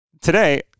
Today